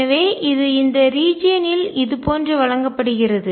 எனவே இது இந்த ரீஜியன் ல் இதுபோன்று வழங்கப்படுகிறது